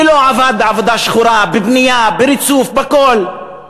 מי לא עבד בעבודה שחורה, בבנייה, בריצוף, בכול?